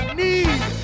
need